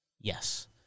Yes